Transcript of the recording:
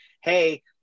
Hey